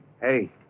Hey